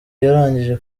yarangije